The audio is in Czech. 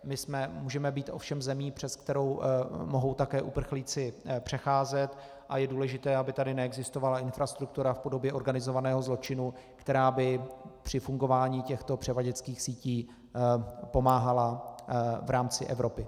My můžeme být ovšem zemí, přes kterou mohou také uprchlíci přecházet, a je důležité, aby tady neexistovala infrastruktura v podobě organizovaného zločinu, která by při fungování těchto převaděčských sítí pomáhala v rámci Evropy.